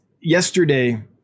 yesterday